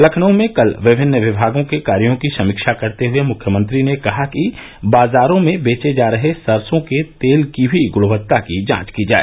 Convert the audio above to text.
लखनऊ में कल विभिन्न विभागों के कार्यों की समीक्षा करते हुए मुख्यमंत्री ने कहा कि बाजारों में बेचे जा रहे सरसों के तेल की भी गुणवत्ता की जांच की जाए